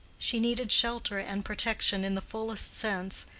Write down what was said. she needed shelter and protection in the fullest sense,